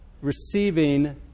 receiving